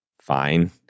fine